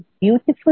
beautiful